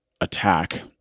attack